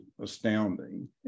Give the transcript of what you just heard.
astounding